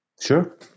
Sure